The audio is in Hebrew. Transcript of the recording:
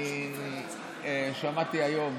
אני שמעתי היום